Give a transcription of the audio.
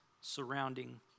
surrounding